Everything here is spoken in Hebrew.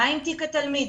מה עם תיק התלמיד,